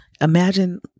Imagine